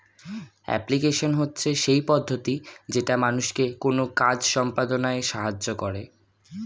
application হচ্ছে সেই পদ্ধতি যেটা মানুষকে কোনো কাজ সম্পদনায় সাহায্য করে